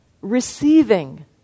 receiving